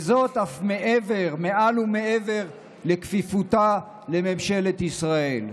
וזאת אף מעל ומעבר לכפיפותה לממשלת ישראל.